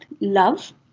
love